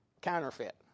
counterfeit